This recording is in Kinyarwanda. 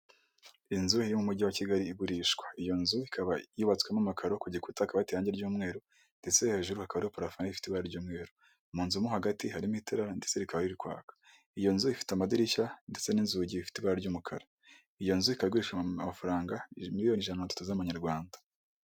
Inzu iri mu mujyi wa Kigali igurishwa. Iyo nzu ikaba yubatswemo amakaro, kugikuta hakaba hateyeho irangi ry'umweru, ndetse hejuru hakaba hari parafo nay’ifite irangi ry’umweru, mu nzu mo hagati harimo itara ndetse rikaba riri kwaka. Iyo nzu ifite amadirishya ndetse n'inzugi bifite ibara ry'umukara, iyo nzu ikaba igurishwa amafaranga miliyoni ijana na mirongo Itatu z'amanyarwanda.